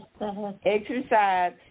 exercise